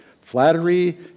Flattery